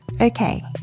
okay